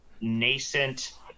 nascent